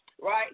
right